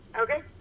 Okay